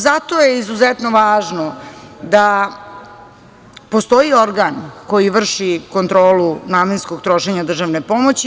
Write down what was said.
Zato je izuzetno važno da postoji organ koji vrši kontroli namenskog trošenja državne pomoći.